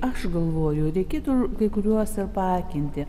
aš galvoju reikėtų kai kuriuos apakinti